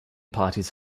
parties